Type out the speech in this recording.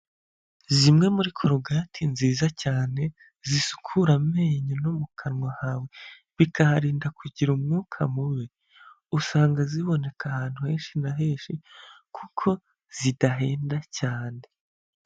Zimwe muri korugati nziza cyane, zisukura amenyo no mu kanwa hawe bikaharinda kugira umwuka mubi, usanga ziboneka ahantu henshi na henshi kuko zidahenda cyane.